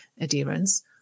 adherence